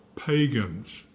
Pagans